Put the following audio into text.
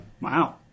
Wow